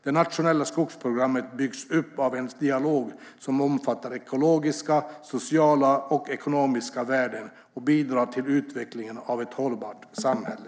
Det nationella skogsprogrammet byggs upp av en dialog som omfattar ekologiska, sociala och ekonomiska värden och bidrar till utvecklingen av ett hållbart samhälle.